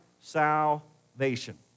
salvation